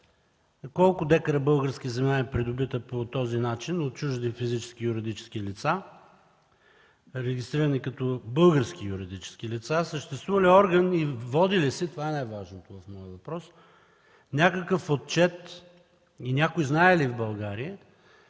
колко декара българска земя е придобита по този начин – от чужди физически и юридически лица, регистрирани като български юридически лица? Съществува ли орган и води ли се – това е най-важното в моя въпрос, някакъв отчет и някой в България